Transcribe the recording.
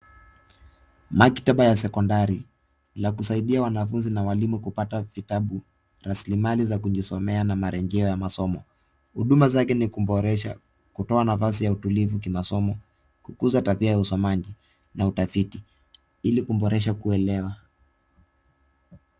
Maktaba ya sekondari la kusaidia wanafunzi na walimu kupata, vitabu rasilimali za kujisomea na maregeo ya masomo. Huduma zake ni kuboresha, kutoa nafasi ya utulivu kwa masomo, kukuza tabia ya usomaji na utafiti ili kuboresha kuelewa.